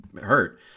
hurt